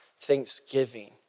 thanksgiving